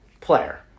player